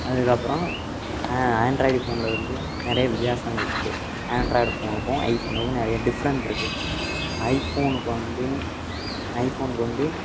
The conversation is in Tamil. அதுக்கப்புறம் ஆண்ட்ராய்டு ஃபோனில் வந்து நிறைய வித்தியாசங்கள் இருக்குது ஆண்ட்ராய்டு ஃபோனுக்கும் ஐஃபோனுக்கும் நிறைய டிஃப்ரெண்ட் இருக்குது ஐஃபோனுக்கு வந்து ஐஃபோனுக்கு வந்து